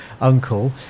uncle